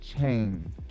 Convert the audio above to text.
chain